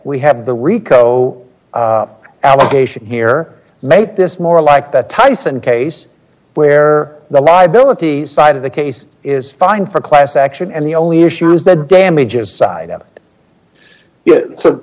we have the rico allegation here make this more like that tyson case where the liability side of the case is fine for a class action and the only issue is the damages side of it so